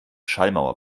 schallmauer